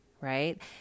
right